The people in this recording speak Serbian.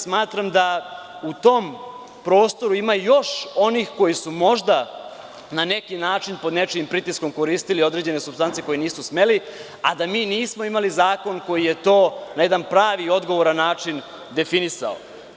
Smatram da u tom prostoru ima još onih koji su možda na neki način, pod nečijim pritiskom koristili određene supstance koje nisu smeli, a da mi nismo imali zakon koji je to na jedan pravi, odgovoran način definisao.